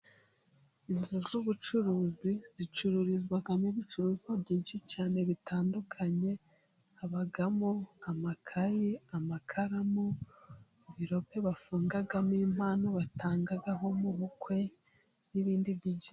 Inzu z'ubucuruzi, zicururizwamo ibicuruzwa byinshi cyane bitandukanye, habamo amakaye, amakaramu, mvirope bafungamo impano batangaho mu bukwe, n'ibindi byinshi.